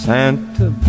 Santa